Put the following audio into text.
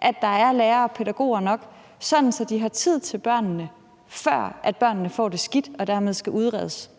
at der er lærere og pædagoger nok, sådan så de har tid til børnene, før børnene får det skidt og dermed skal udredes?